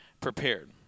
prepared